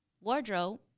wardrobe